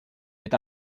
est